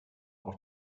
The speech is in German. auch